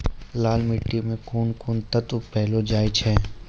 लाल मिट्टी मे कोंन कोंन तत्व पैलो जाय छै?